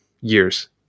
years